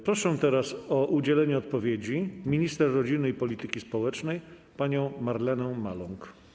Proszę o udzielenie odpowiedzi minister rodziny i polityki społecznej panią Marlenę Maląg.